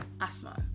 asthma